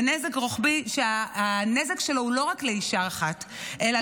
זה נזק רוחבי שהנזק שלו הוא לא רק לאישה אחת אלא